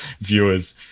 viewers